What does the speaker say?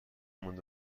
مونده